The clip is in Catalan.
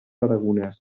aragonesa